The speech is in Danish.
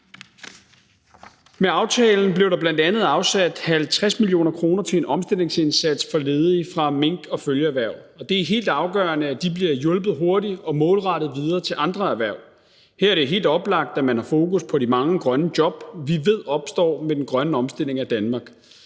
Med aftalen blev der bl.a. afsat 50 mio. kr. til en omstillingsindsats for ledige fra mink- og følgeerhverv, og det er helt afgørende, at de bliver hjulpet hurtigt og målrettet videre til andre erhverv. Her er det helt oplagt, at man har fokus på de mange grønne job, vi ved opstår med den grønne omstilling af Danmark.